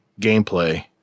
gameplay